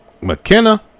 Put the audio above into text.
McKenna